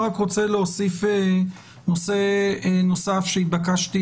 אני רק רוצה להוסיף נושא נוסף שהתבקשתי